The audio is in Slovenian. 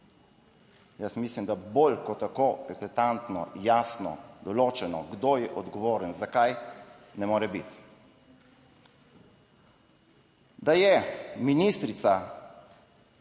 Jaz mislim, da bolj kot tako eklatantno, jasno določeno kdo je odgovoren, zakaj ne more biti. Da je ministrica